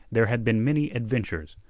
there had been many adventures.